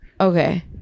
Okay